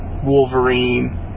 Wolverine